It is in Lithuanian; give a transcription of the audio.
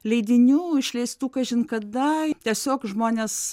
leidinių išleistų kažin kada tiesiog žmonės